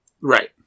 Right